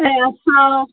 ऐं असां